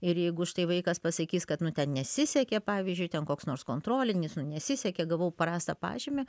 ir jeigu štai vaikas pasakys kad nu ten nesisekė pavyzdžiui ten koks nors kontrolinis nu nesisekė gavau prastą pažymį